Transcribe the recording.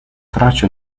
tracce